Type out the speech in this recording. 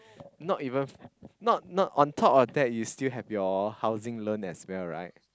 not even not not on top of that you still have your housing loan as well right